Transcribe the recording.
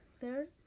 third